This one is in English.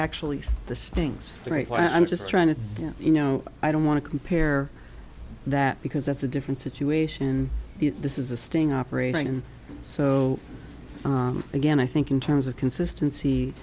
actually the stings right now i'm just trying to you know i don't want to compare that because that's a different situation this is a sting operation and so again i think in terms of